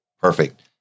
Perfect